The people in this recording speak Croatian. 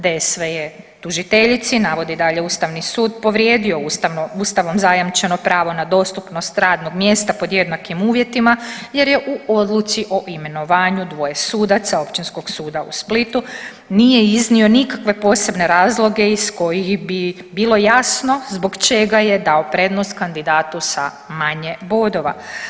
DSV je tužiteljici navodi dalje ustavni sud povrijedio ustavom zajamčeno pravo na dostupnost radnog mjesta pod jednakim uvjetima jer je u odluci o imenovanju dvoje sudaca Općinskog suda u Splitu nije iznio nikakve posebne razloge iz kojih bi bilo jasno zbog čega je dao prednost kandidatu sa manje bodova.